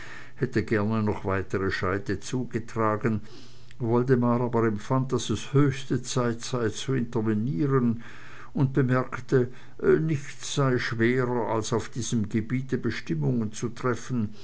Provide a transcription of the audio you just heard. hätte gern noch weitere scheite herzugetragen woldemar aber empfand daß es höchste zeit sei zu intervenieren und bemerkte nichts sei schwerer als auf diesem gebiete bestimmungen zu treffen